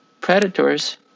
predators